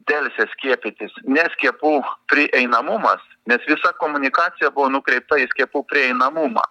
delsia skiepytis ne skiepų prieinamumas nes visa komunikacija buvo nukreipta į skiepų prieinamumą